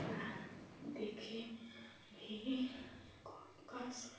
देखें अभी